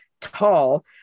tall